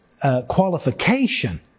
qualification